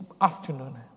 afternoon